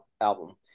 album